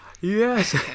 yes